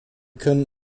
können